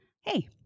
hey